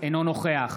אינו נוכח